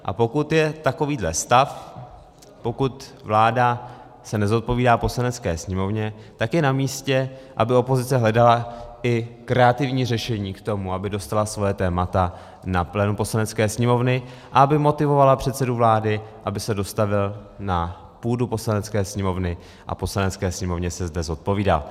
A pokud je takový stav, pokud se vláda nezodpovídá Poslanecké sněmovně, tak je namístě, aby opozice hledala i kreativní řešení k tomu, aby dostala svoje témata na plénum Poslanecké sněmovny a aby motivovala předsedu vlády, aby se dostavil na půdu Poslanecké sněmovny a Poslanecké sněmovně se zde zodpovídal.